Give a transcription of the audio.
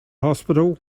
hospital